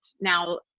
now